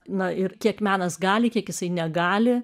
na ir kiek menas gali kiek jisai negali